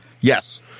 Yes